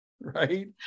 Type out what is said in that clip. right